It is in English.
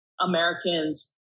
Americans